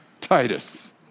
Titus